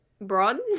bronze